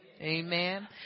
amen